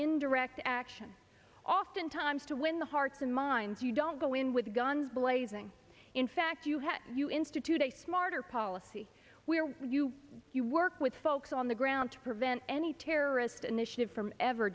indirect action oftentimes to win the hearts and minds you don't go in with guns blazing in fact you have you institute a smarter policy where you you work with folks on the ground to prevent any terrorist initiative from ever